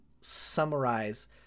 summarize